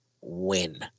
win